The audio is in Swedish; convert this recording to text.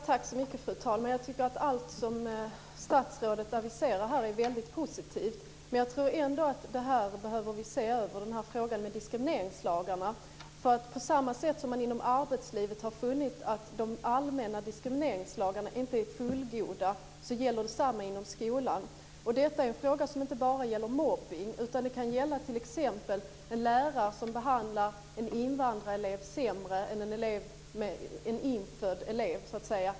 Fru talman! Allt som statsrådet här aviserar är väldigt positivt. Men jag tror ändå att vi behöver se över frågan om diskrimineringlagarna. Man har inom arbetslivet funnit att de allmänna diskrimineringslagarna inte är fullgoda och samma gäller inom skolan. Detta är en fråga som inte bara gäller mobbning. Det kan t.ex. gälla en lärare som behandlar en invandrarelev sämre än en infödd elev.